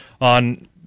on